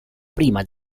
prima